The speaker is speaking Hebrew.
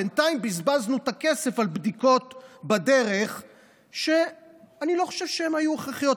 בינתיים בזבזנו את הכסף על בדיקות בדרך שאני לא חושב שהן היו הכרחיות,